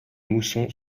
mousson